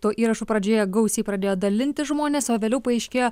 tuo įrašu pradžioje gausiai pradėjo dalintis žmonės o vėliau paaiškėjo